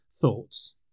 thoughts